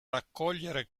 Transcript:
raccogliere